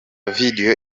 video